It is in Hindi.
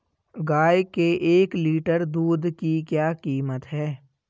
गाय के एक लीटर दूध की क्या कीमत है?